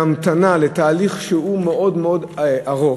בהמתנה לתהליך שהוא מאוד מאוד ארוך,